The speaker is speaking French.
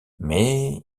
mais